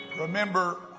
Remember